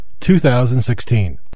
2016